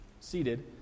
seated